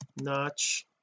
notch